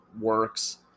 works